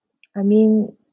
I mean